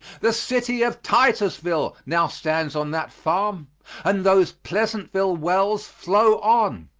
the city of titusville now stands on that farm and those pleasantville wells flow on,